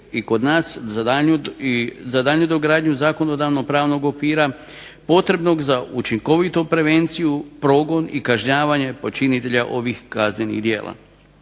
i kod nas za daljnju dogradnju zakonodavnog pravnog okvira potrebnog za učinkovitu prevenciju, progon i kažnjavanje počinitelja ovih kaznenih djela.